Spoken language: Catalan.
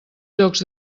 llocs